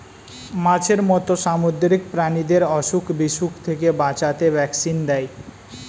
মাছের মত সামুদ্রিক প্রাণীদের অসুখ বিসুখ থেকে বাঁচাতে ভ্যাকসিন দেয়